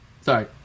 Sorry